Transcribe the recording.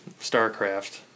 Starcraft